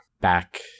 back